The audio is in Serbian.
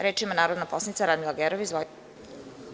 Reč ima narodna poslanica Radmila Gerov.